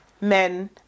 men